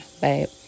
babe